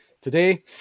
today